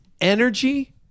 energy